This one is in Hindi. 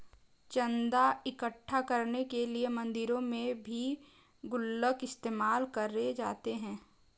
चन्दा इकट्ठा करने के लिए मंदिरों में भी गुल्लक इस्तेमाल करे जाते हैं